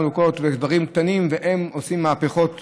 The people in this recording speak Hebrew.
דברים קטנים שעושים מהפכות בין-לאומיות.